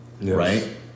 right